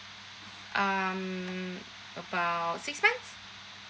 um about six months